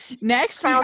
next